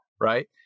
right